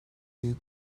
two